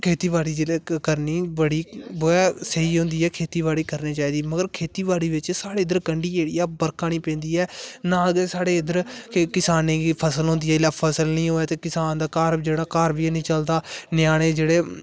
खेती बाड़ी करनी बड़ी ओह् है स्हेई होंदी ऐ खेती बाड़ी करनी चाहिदी मगर खेती बाड़ी बिच स्हानू इद्धर कंडी ऐरिया बर्खा नेईं पौंदी ऐ ना गै साढ़े इद्धर किसाने गी फसल होंदी ऐ फसल नेईं होऐ ते किसान दा घर जेहड़ा घर बी है नी चलदा न्याने जेहडे़